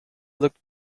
looked